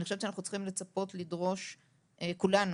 אני חושבת שאנחנו צריכים לצפות ולדרוש, כולנו,